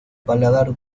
paladar